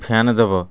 fan Dev